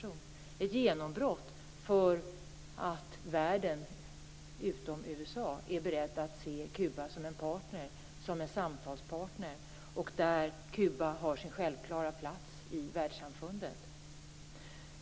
Det är ett genombrott så till vida att världen, utom USA, är beredd att se Kuba som en samtalspartner och där Kuba har sin självklara plats i världssamfundet.